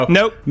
Nope